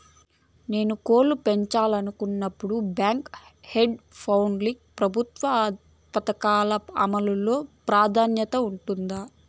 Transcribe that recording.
నేను కోళ్ళు పెంచాలనుకున్నపుడు, బ్యాంకు యార్డ్ పౌల్ట్రీ కి ప్రభుత్వ పథకాల అమలు లో ప్రాధాన్యత ఉంటుందా?